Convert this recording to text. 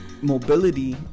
mobility